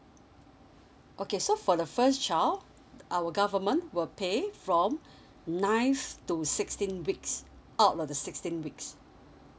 okay so for the first child our government will pay from nine to sixteen weeks all of the sixteen weeks